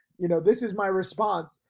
you know, this is my response.